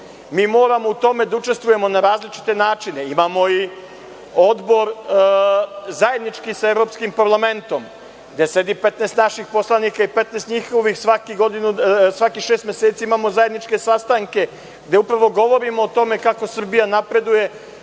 Mi moramo u tome da učestvujemo na različite načine. Imamo i Odbor zajednički sa evropskim parlamentom gde sedi naših 15 poslanika i 15 njihovih, svakih šest meseci imamo zajedničke sastanke gde upravo govorimo o tome kako Srbija napreduje